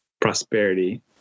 prosperity